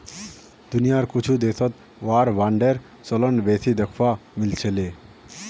दुनियार कुछु देशत वार बांडेर चलन बेसी दखवा मिल छिले